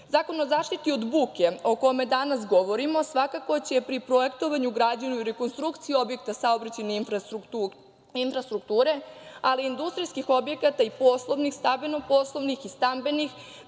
mesta. Zakon o zaštiti od buke, o kome danas govorimo, svakako će pri projektovanju, građenju i rekonstrukciji objekta saobraćajne infrastrukture, ali i industrijskih objekata i poslovnih, stambeno-poslovnih i stambenih